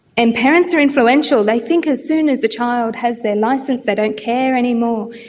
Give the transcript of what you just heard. and parents are influential. they think as soon as a child has their licence they don't care anymore.